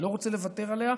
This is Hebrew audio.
אני לא רוצה לוותר עליה,